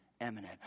eminent